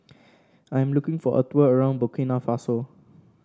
I am looking for a tour around Burkina Faso